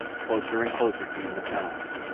closer and closer came the sounds,